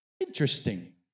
Interesting